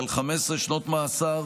על 15 שנות מאסר.